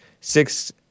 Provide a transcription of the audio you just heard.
six